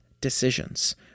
decisions